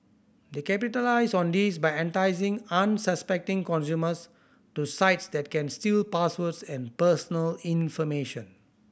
they capitalise on this by enticing unsuspecting consumers to sites that can steal passwords and personal information